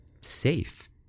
safe